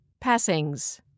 Passings